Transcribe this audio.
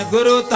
Guru